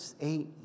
eight